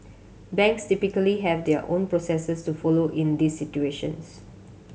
banks typically have their own processes to follow in these situations